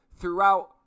throughout